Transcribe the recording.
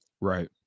Right